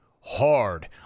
hard